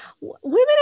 women